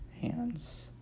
hands